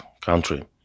country